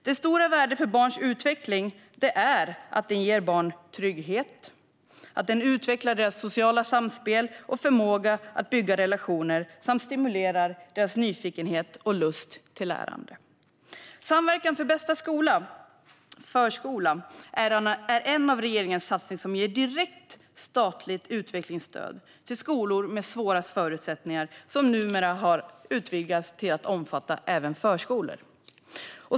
Dess stora värde för barns utveckling är att den ger barn trygghet, utvecklar deras sociala samspel och förmåga att bygga relationer samt stimulerar deras nyfikenhet och lust till lärande. Samverkan för bästa skola är en av regeringens satsningar som ger direkt statligt utvecklingsstöd till skolor med sämst förutsättningar och som numera har utvidgats till att även omfatta förskolor.